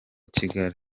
kigali